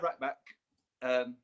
right-back